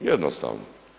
Jednostavno.